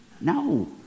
no